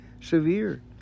severe